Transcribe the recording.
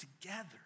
together